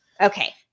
Okay